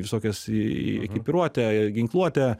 visokias į ekipiruotę ginkluotę